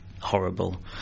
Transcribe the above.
horrible